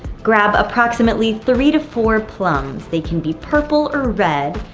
grab approximately three to four plums. they can be purple or red,